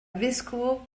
vescovo